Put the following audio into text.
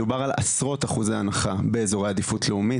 מדובר על עשרות אחוזי הנחה באזורי עדיפות לאומית.